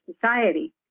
society